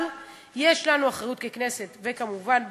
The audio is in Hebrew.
אבל יש גם אחריות לכנסת, וכמובן באחריות,